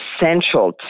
essential